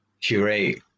Curate